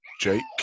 Jake